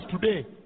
today